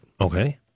Okay